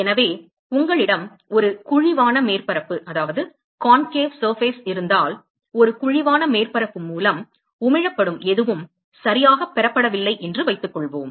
எனவே உங்களிடம் ஒரு குழிவான மேற்பரப்பு இருந்தால் ஒரு குழிவான மேற்பரப்பு மூலம் உமிழப்படும் எதுவும் சரியாகப் பெறப்படவில்லை என்று வைத்துக்கொள்வோம்